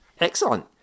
Excellent